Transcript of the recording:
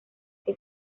que